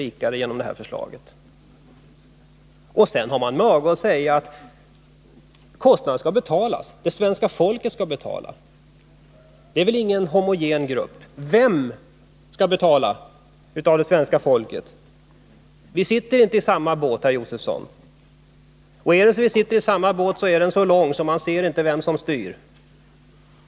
rikare genom det här förslaget. Och sedan har man mage att säga att kostnaden skall betalas av svenska folket. Det är ingen homogen grupp. Vilka skall betala av det svenska folket? Vi sitter inte i samma båt, herr Josefson. Och om vi sitter i samma båt, så är den så lång att man inte ser vem som styr.